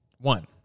One